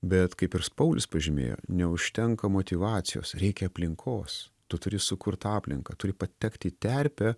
bet kaip ir paulius pažymėjo neužtenka motyvacijos reikia aplinkos tu turi sukurt tą aplinką turi patekti į terpę